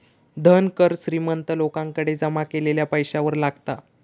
धन कर श्रीमंत लोकांकडे जमा केलेल्या पैशावर लागता